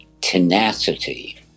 tenacity